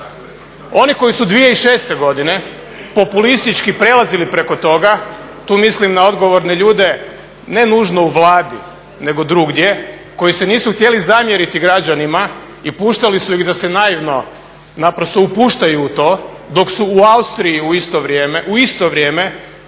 Oni koji su 2006. godine populistički prelazili preko toga, tu mislim na odgovorne ljude ne nužno u Vladi nego drugdje, koji se nisu htjeli zamjeriti građanima i puštali su ih da se naivno naprosto upuštaju u to dok su u Austriji u isto vrijeme po nalogu